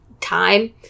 time